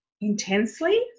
intensely